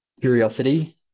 Curiosity